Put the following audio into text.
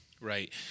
Right